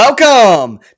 Welcome